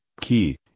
key